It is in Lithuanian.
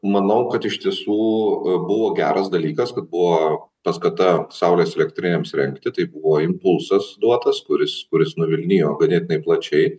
manau kad iš tiesų buvo geras dalykas kad buvo paskata saulės elektrinėms rengti tai buvo impulsas duotas kuris kuris nuvilnijo ganėtinai plačiai